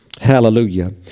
Hallelujah